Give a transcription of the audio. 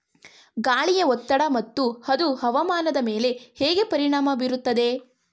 ಗಾಳಿಯ ಒತ್ತಡ ಮತ್ತು ಅದು ಹವಾಮಾನದ ಮೇಲೆ ಹೇಗೆ ಪರಿಣಾಮ ಬೀರುತ್ತದೆ?